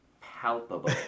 palpable